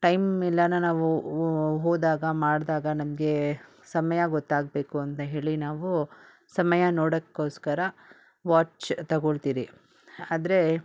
time ಎಲ್ಲಾನ ನಾವು ಓ ಹೋದಾಗ ಮಾಡಿದಾಗ ನಮಗೆ ಸಮಯ ಗೊತ್ತಾಗಬೇಕು ಅಂತ ಹೇಳಿ ನಾವು ಸಮಯ ನೋಡೋಕ್ಕೋಸ್ಕರ ವಾಚ್ ತಗೊಳ್ತಿರಿ ಆದರೆ